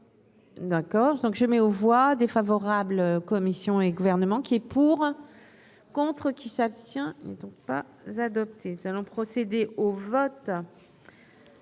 D'accord, donc je mets aux voix défavorables, Commission et gouvernements qui est pour. Contre qui s'abstient mais donc pas adoptée selon procéder au vote,